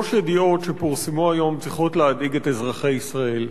שלוש ידיעות שפורסמו היום צריכות להדאיג את אזרחי ישראל.